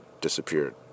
disappeared